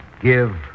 give